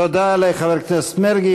תודה לחבר הכנסת מרגי.